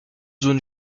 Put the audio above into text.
zone